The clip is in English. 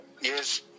Yes